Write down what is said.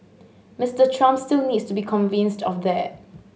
Mister Trump still needs to be convinced of that